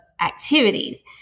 activities